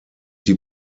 die